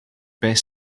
beth